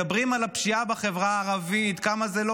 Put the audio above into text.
מדברים על הפשיעה בחברה הערבית כמה זה לא